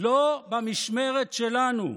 לא במשמרת שלנו.